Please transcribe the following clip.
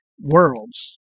worlds